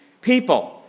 people